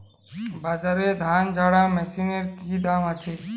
বাজারে ধান ঝারা মেশিনের কি দাম আছে?